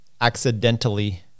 accidentally